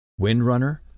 Windrunner